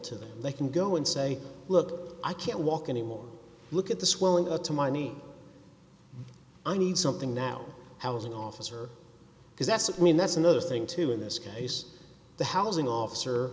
to them they can go and say look i can't walk anymore look at the swelling to my knee i need something now housing officer because that's when that's another thing too in this case the housing officer